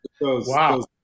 Wow